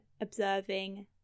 observing